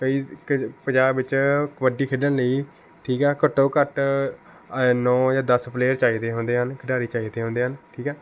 ਕਈ ਕ ਪੰਜਾਬ ਵਿੱਚ ਕਬੱਡੀ ਖੇਡਣ ਲਈ ਠੀਕ ਆ ਘੱਟੋ ਘੱਟ ਆਐਂ ਨੌ ਜਾਂ ਦਸ ਪਲੇਅਰ ਚਾਹੀਦੇ ਹੁੰਦੇ ਹਨ ਖਿਡਾਰੀ ਚਾਹੀਦੇ ਹੁੰਦੇ ਹਨ ਠੀਕ ਆ